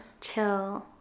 Chill